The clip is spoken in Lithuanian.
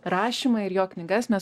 rašymą ir jo knygas mes